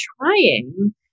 trying